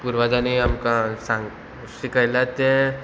पुर्वजांनी आमकां सांग शिकयल्या तें